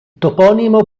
toponimo